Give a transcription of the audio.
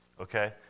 Okay